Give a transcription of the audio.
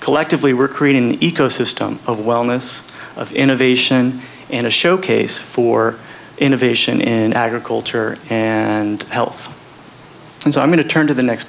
collectively we're creating an ecosystem of wellness of innovation and a showcase for innovation in agriculture and health and so i'm going to turn to the next